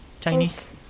Chinese